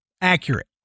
accurate